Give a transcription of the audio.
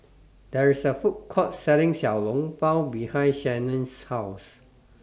There's A Food Court Selling Xiao Long Bao behind Shannen's House